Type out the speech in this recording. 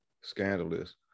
scandalous